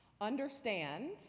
Understand